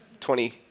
Twenty